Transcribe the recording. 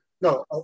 no